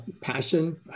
passion